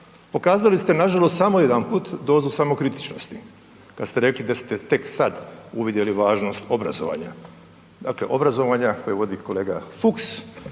Pokazali ste, nažalost samo jedanput dozu samokritičnosti, kad ste rekli da ste tek sad uvidjeli važnost obrazovanja. Dakle, obrazovanja koje vodi kolega Fuchs,